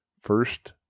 first